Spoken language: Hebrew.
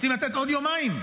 רוצים לתת עוד יומיים?